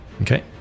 Okay